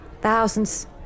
Thousands